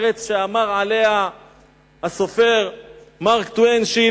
ארץ שאמר עליה הסופר מארק טוויין שהיא